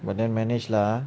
but then manage lah